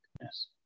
Yes